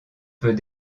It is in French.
peut